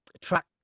Track